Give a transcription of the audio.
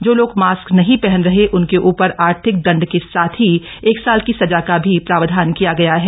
जो लोग मास्क नहीं पहन रहे हैं उनके ऊपर आर्थिक दण्ड के साथ ही एक साल की सजा का भी प्रावधान किया गया है